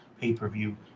pay-per-view